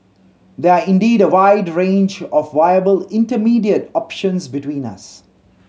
there are indeed a wide range of viable intermediate options between us